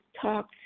talk